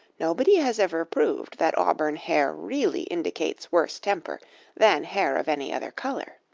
nobody has ever proved that auburn hair really indicates worse temper than hair of any other color.